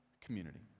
community